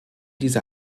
diese